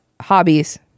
hobbies